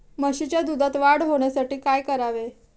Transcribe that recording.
म्हशीच्या दुधात वाढ होण्यासाठी काय करावे?